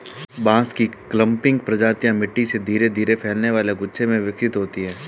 बांस की क्लंपिंग प्रजातियां मिट्टी से धीरे धीरे फैलने वाले गुच्छे में विकसित होती हैं